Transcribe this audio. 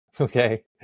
okay